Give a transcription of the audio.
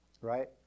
right